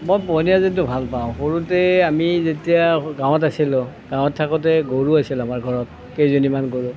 মই পোহনীয়া জন্তু ভাল পাওঁ সৰুতে আমি যেতিয়া গাঁৱত আছিলোঁ গাঁৱত থকোঁতে গৰু আছিল আমাৰ ঘৰত কেইজনীমান গৰু